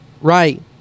right